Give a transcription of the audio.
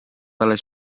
alles